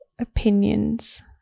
opinions